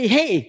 Hey